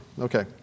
Okay